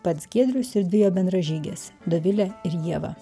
pats giedrius ir dvi jo bendražygės dovilė ir ieva